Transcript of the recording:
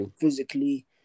physically